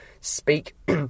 speak